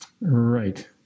Right